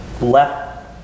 left